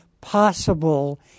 possible